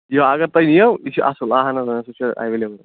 یِہ اَگر تۅہہِ یِیو یہِ چھِ اصٕل اَہَن حظ إں یہِ چھُ ایویلیبٕل